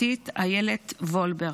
המשפטית אילת וולברג.